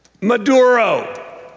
Maduro